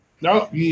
no